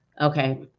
Okay